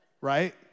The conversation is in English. Right